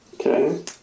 Okay